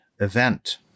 event